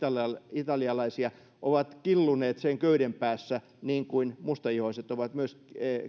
italialaisia ovat killuneet sen köyden päässä niin kuin mustaihoiset ovat myös